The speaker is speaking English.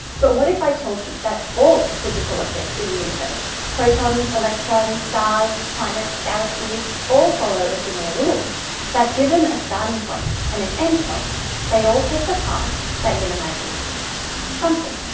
but what if i told you that all physical objects in the universe, protons, electrons, stars, planets, galaxies all follow a similar rule that given a starting point and an end point they all take the path that minimizes something.